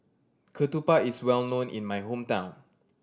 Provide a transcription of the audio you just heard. Ketupat is well known in my hometown